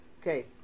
Okay